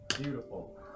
Beautiful